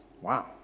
wow